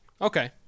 Okay